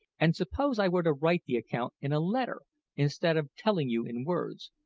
and suppose i were to write the account in a letter instead of telling you in words,